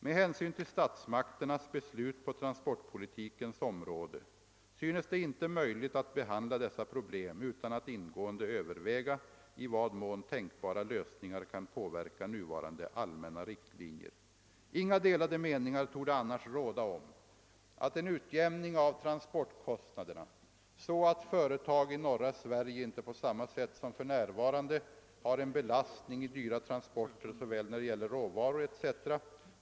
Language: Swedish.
Med hänsyn till statsmakternas beslut på transportpolitikens område synes det inte möjligt att behandla dessa problem utan att ingående överväga i vad mån tänkbara lösningar kan påverka nuvarande allmänna riktlinjer. Inga delade meningar torde annars råda om att en utjämning av transportkostnaderna så att företag i norra Sverige inte på samma sätt som för närvarande har en belastning i dyrbara transporter såväl när det gäller råvaror etc.